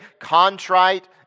contrite